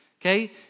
okay